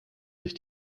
sich